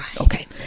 Okay